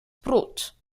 brot